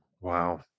Wow